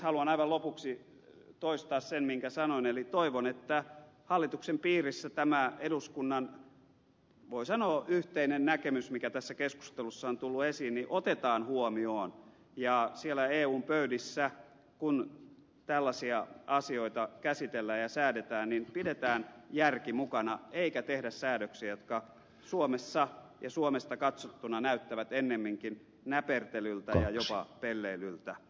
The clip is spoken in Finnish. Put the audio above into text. haluan aivan lopuksi toistaa sen minkä sanoin eli toivon että hallituksen piirissä tämä eduskunnan voi sanoa yhteinen näkemys mikä tässä keskustelussa on tullut esiin otetaan huomioon ja siellä eun pöydissä kun tällaisia asioita käsitellään ja säädetään pidetään järki mukana eikä tehdä säädöksiä jotka suomessa ja suomesta katsottuna näyttävät ennemminkin näpertelyltä ja jopa pelleilyltä